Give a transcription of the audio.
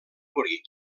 morir